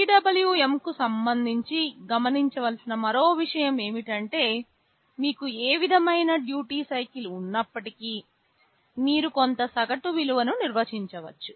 PWMకు సంబంధించి గమనించవలసిన మరో విషయం ఏమిటంటే మీకు ఏ విధమైన డ్యూటీ సైకిల్ ఉన్నప్పటికీ మీరు కొంత సగటు విలువను నిర్వచించవచ్చు